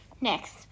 Next